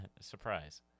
Surprise